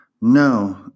No